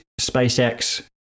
SpaceX